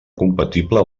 compatible